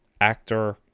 Actor